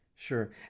Sure